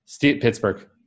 Pittsburgh